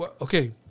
okay